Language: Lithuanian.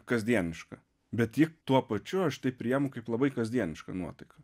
kasdieniška bet ji tuo pačiu aš tai priimu kaip labai kasdienišką nuotaiką